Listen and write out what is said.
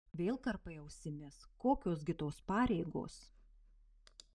vėl karpai ausimis kokios gi tos pareigos